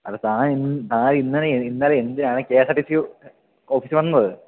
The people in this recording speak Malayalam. അത് താന് ഇന്നലെ എന്തിനാണ് K S R T C ഓഫീസില് വന്നത്